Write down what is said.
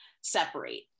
separate